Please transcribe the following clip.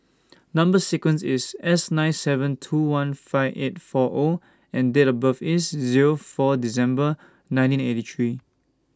Number sequence IS S nine seven two one five eight four O and Date of birth IS Zero four December nineteen eighty three